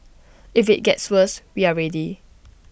if IT gets worse we are ready